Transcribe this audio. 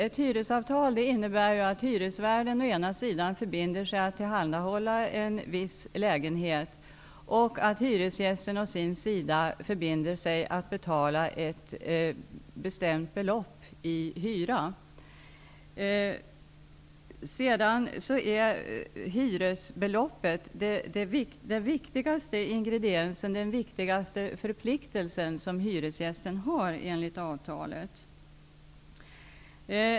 Ett hyresavtal innebär att hyresvärden å ena sidan förbinder sig att tillhandahålla en viss lägenhet och att hyresgästen å andra sida förbinder sig att betala ett bestämt belopp i hyra. Hyresbeloppet är den viktigaste ingrediensen i avtalet, och den är den viktigaste förpliktelsen som hyresgästen har enligt avtalet.